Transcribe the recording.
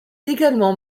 également